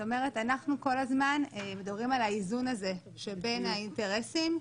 אנחנו כל הזמן מדברים על האיזון הזה שבין האינטרסים,